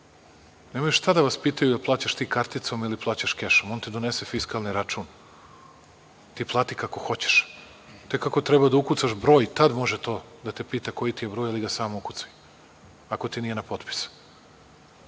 Nemaju šta da vas pitaju – jel plaćaš ti karticom ili plaćaš kešom, on ti donese fiskalni račun, a ti plati kako hoćeš. Tek ako treba da ukucaš broj, tad može to da te pita koji ti je broj ili ga sam ukucaj, ako ti nije na potpis.